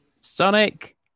Sonic